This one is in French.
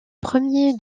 premier